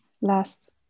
last